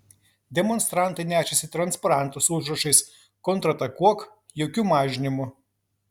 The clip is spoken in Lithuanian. demonstrantai nešėsi transparantus su užrašais kontratakuot jokių mažinimų